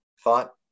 thought